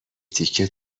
تیکه